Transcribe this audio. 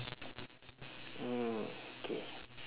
oh humans ah not understand animals ah